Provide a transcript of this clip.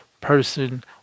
person